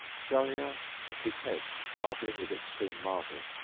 shahryar shook his head, marvelling with extreme marvel,